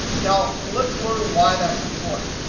now, let's learn why that's important.